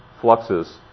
fluxes